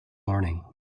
morning